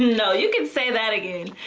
you know you can say that again.